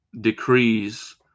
decrees